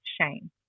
shame